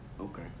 Okay